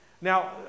Now